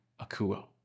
Akuo